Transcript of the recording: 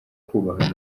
kubaha